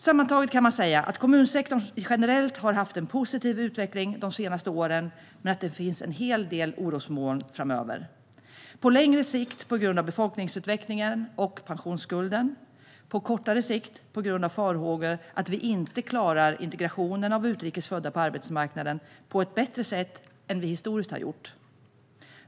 Sammantaget kan man säga att kommunsektorn generellt har haft en positiv utveckling de senaste åren men att det finns en hel del orosmoln framöver - på längre sikt på grund av befolkningsutvecklingen och pensionsskulden, på kortare sikt på grund av farhågor att vi inte klarar integrationen av utrikes födda på arbetsmarknaden på ett bättre sätt än vi historiskt har gjort.